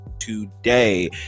today